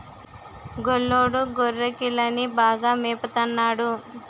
గొల్లోడు గొర్రెకిలని బాగా మేపత న్నాడు